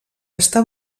està